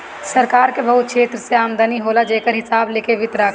सरकार के बहुत क्षेत्र से आमदनी होला जेकर हिसाब लोक वित्त राखेला